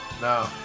no